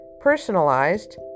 personalized